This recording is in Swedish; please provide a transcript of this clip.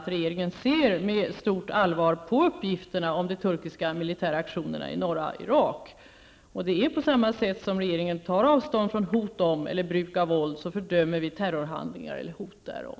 Regeringen ser med stort allvar på uppgifterna om de turkiska militäraktionerna i norra Irak. På samma sätt som regeringen tar avstånd från hot om eller bruk av våld, fördömer regeringen terrorhandlingar eller hot därom.